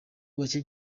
bake